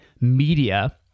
media